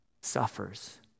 suffers